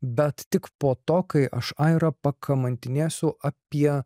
bet tik po to kai aš airą pakamantinėsiu apie